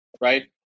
right